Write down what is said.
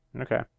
Okay